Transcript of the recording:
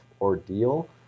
ordeal